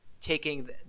taking